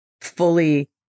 fully